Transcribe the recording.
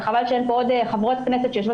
וחבל שאין פה עוד חברות כנסת שיושבות